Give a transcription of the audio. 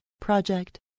Project